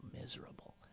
miserable